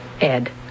Ed